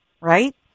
right